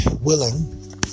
willing